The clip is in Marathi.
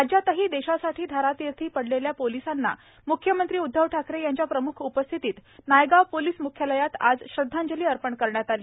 राज्यातही देशासाठी धारातीर्थी पडलेल्या पोलिसांना आज म्ख्यमंत्री उद्वव ठाकरे यांच्या प्रम्ख उपस्थितीत नायगाव पोलीस म्ख्यालयात श्रद्वांजली अर्पण करण्यात आली